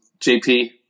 JP